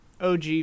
OG